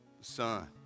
Son